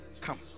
Come